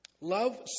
Love